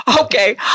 Okay